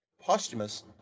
posthumous